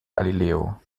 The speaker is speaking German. galileo